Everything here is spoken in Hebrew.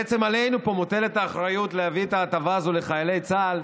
ובעצם עלינו פה מוטלת האחריות להביא את ההטבה הזו לחיילי צה"ל,